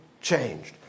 changed